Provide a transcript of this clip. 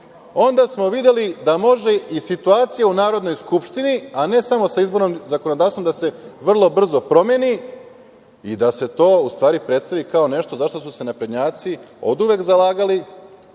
onda smo videli da može i situacija u Narodnoj skupštini, a ne samo sa izbornim zakonodavstvom da se vrlo brzo promeni i da se to u stvari predstavi kao nešto zašta su se naprednjaci oduvek zalagali,